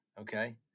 okay